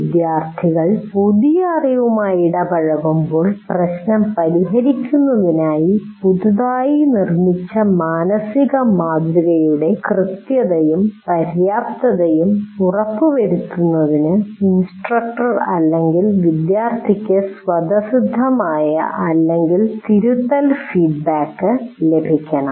വിദ്യാർത്ഥികൾ പുതിയ അറിവുമായി ഇടപഴകുമ്പോൾ പ്രശ്നം പരിഹരിക്കുന്നതിനായി പുതുതായി നിർമ്മിച്ച മാനസിക മാതൃകയുടെ കൃത്യതയും പര്യാപ്തതയും ഉറപ്പുവരുത്തുന്നതിന് ഇൻസ്ട്രക്ടർ അല്ലെങ്കിൽ വിദ്യാർത്ഥിക്ക് സ്വതസിദ്ധമായ അല്ലെങ്കിൽ തിരുത്തൽ ഫീഡ്ബാക്ക് ലഭിക്കണം